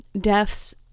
Deaths